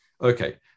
Okay